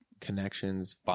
connections